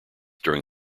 during